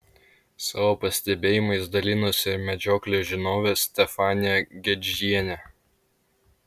savo pastebėjimais dalinosi ir medžioklės žinovė stefanija gedžienė